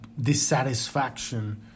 dissatisfaction